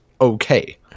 okay